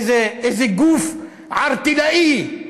איזה גוף ערטילאי.